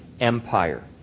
Empire